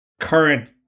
current